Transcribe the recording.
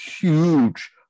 huge